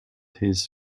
his